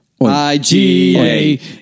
IGA